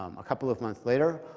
um a couple of months later,